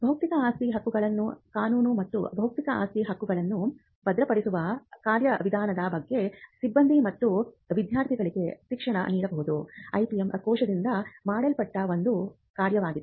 ಬೌದ್ಧಿಕ ಆಸ್ತಿ ಹಕ್ಕುಗಳು ಕಾನೂನು ಮತ್ತು ಬೌದ್ಧಿಕ ಆಸ್ತಿ ಹಕ್ಕುಗಳನ್ನು ಭದ್ರಪಡಿಸುವ ಕಾರ್ಯವಿಧಾನದ ಬಗ್ಗೆ ಸಿಬ್ಬಂದಿ ಮತ್ತು ವಿದ್ಯಾರ್ಥಿಗಳಿಗೆ ಶಿಕ್ಷಣ ನೀಡುವುದು IPM ಕೋಶದಿಂದ ಮಾಡಲ್ಪಟ್ಟ ಒಂದು ಕಾರ್ಯವಾಗಿದೆ